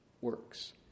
works